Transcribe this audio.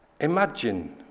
Imagine